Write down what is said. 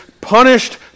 punished